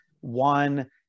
one